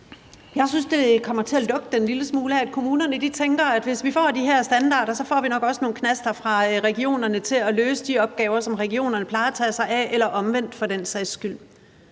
Jeg synes, at det kommer til at lugte en lille smule af, at kommunerne tænker, at hvis de får de her standarder, så får de nok også noget fra regionerne til at løse de opgaver, som regionerne plejer at tage sig af – eller omvendt for den sags skyld.